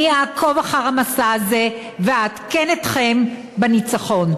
אני אעקוב אחר המסע הזה ואעדכן אתכם בניצחון.